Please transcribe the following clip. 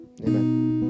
Amen